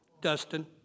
Dustin